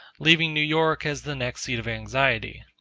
leaving new york as the next seat of anxiety.